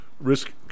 Risk